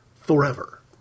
forever